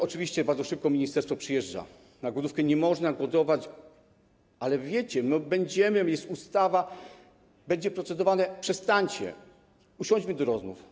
Oczywiście bardzo szybko ministerstwo przyjeżdża na głodówkę, nie można głodować: ale wiecie, będziemy, jest ustawa, będzie procedowane, przestańcie, usiądźmy do rozmów.